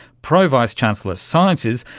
pro vice chancellor sciences,